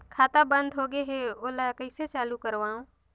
खाता बन्द होगे है ओला कइसे चालू करवाओ?